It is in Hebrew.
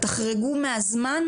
תחרגו מהזמן,